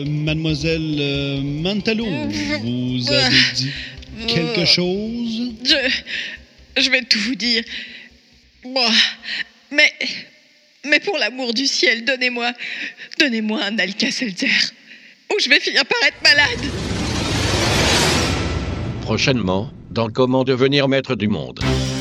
Mademoiselle, euh, Mantalo, Je- vous avez Ah. dit quelque Euh. chose ? Je- je vais tout vous dire. Moi. Mais- mais pour l'amour du ciel, donnez-moi- donnez-moi un Alka-Seltzer. Ou je vais finir par être malade. Prochainement, dans Comment devenir maître du monde.